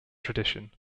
tradition